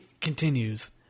continues